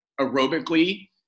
aerobically